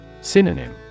Synonym